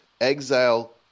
exile